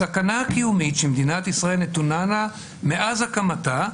הסכנה הקיומית שמדינת ישראל נתונה בה מאז הקמתה,